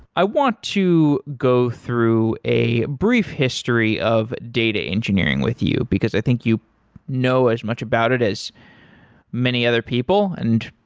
i want to go through a brief history of data engineering with you, because i think you know as much about it as many other people. and